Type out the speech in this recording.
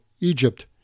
Egypt